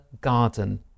garden